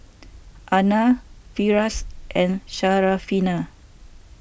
Aina Firash and Syarafina